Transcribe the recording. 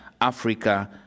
Africa